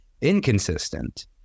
inconsistent